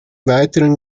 weiteren